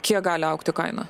kiek gali augti kaina